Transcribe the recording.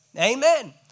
amen